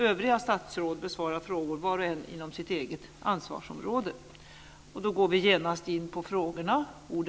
Övriga statsråd besvarar frågor var och en inom sitt eget ansvarsområde.